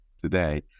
today